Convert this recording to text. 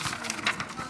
חבר הכנסת יעקב אשר.